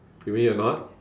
you mean you're not